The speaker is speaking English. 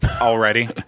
Already